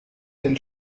den